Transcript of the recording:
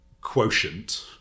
quotient